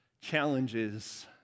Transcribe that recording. challenges